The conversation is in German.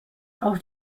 auch